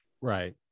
Right